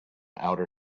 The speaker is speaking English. outer